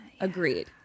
Agreed